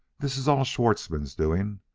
this is all schwartzmann's doing.